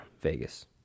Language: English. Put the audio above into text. Vegas